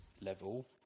level